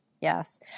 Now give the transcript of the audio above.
Yes